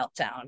meltdown